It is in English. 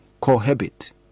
cohabit